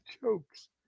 jokes